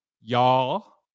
y'all